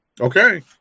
Okay